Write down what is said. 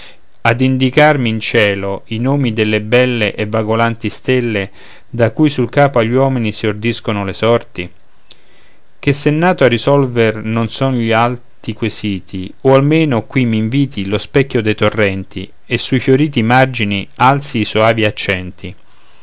ad indicarmi in cielo i nomi delle belle e vagolanti stelle da cui sul capo agli uomini si ordiscono le sorti che se nato a risolvere non son gli alti quesiti oh almeno qui m'inviti lo specchio dei torrenti e sui fioriti margini alzi i soavi accenti